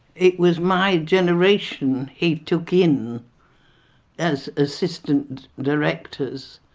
it was my generation he took in as assistant directors,